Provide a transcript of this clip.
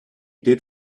did